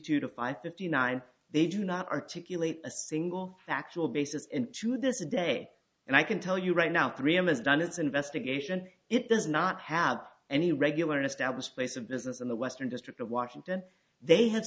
two to five fifty nine they do not articulate a single factual basis and to this day and i can tell you right now three am has done its investigation it does not have any regular established place of business in the western district of washington they have